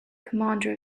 commander